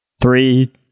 Three